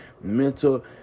Mental